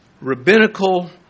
rabbinical